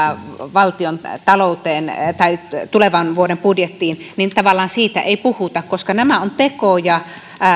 valtiontalouteen tai tulevan vuoden budjettiin niin tavallaan siitä ei puhuta koska nämä ovat tekoja